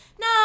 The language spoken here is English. no